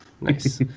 Nice